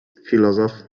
filozof